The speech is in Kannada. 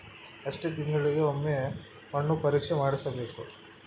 ಎಷ್ಟು ತಿಂಗಳಿಗೆ ಒಮ್ಮೆ ಮಣ್ಣು ಪರೇಕ್ಷೆ ಮಾಡಿಸಬೇಕು?